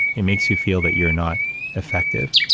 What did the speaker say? it makes you feel that you're not effective,